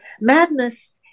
Madness